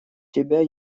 тебя